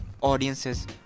audiences